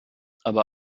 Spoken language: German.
aber